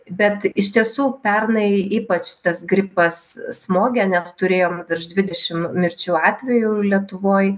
bet iš tiesų pernai ypač tas gripas smogė net turėjom virš dvidešim mirčių atvejų lietuvoj